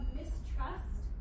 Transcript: mistrust